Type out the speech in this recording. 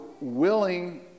willing